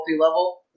level